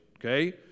okay